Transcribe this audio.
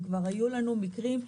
כבר היו לנו מקרים,